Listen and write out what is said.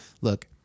Look